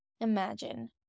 imagine